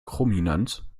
chrominanz